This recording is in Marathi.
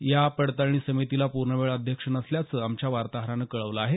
या पडताळणी समितीला पूर्णवेळ अध्यक्ष नसल्याचं आमच्या वार्ताहरानं कळवलं आहे